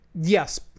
yes